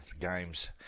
games